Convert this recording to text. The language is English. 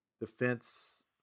defense